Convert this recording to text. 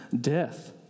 death